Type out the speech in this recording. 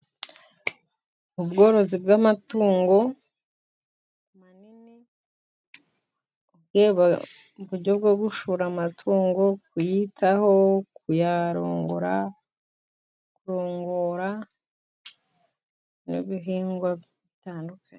Ubworozi bw'amatungo manini uburyo bwo gushora amatungo, kuyitaho, kuyarongora, kurongora n'ibihingwa bitandukanye.